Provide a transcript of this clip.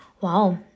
Wow